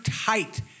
tight